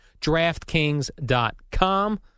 DraftKings.com